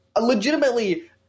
legitimately